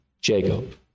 Jacob